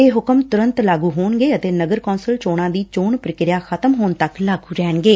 ਇਹ ਹੁਕਮ ਤੁਰੰਤ ਲਾਗੂ ਹੋਣਗੇ ਅਤੇ ਨਗਰ ਕੌ'ਸਲ ਚੋਣਾ ਦੀ ਚੋਣ ਪ੍ਕਿਰਿਆ ਖ਼ਤਮ ਹੋਣ ਤੱਕ ਲਾਗੁ ਰਹਿਣਗੇ